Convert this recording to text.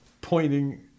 pointing